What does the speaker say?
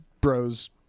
bros